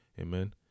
Amen